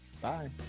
bye